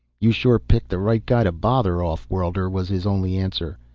you sure picked the right guy to bother, off-worlder, was his only answer.